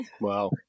Wow